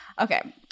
Okay